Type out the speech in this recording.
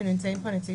זה?